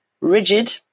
rigid